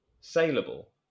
saleable